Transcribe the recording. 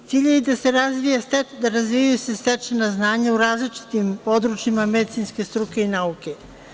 Cilj je i da se razvijaju stečena znanja u različitim područjima medicinske struke i nauke.